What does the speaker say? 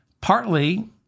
partly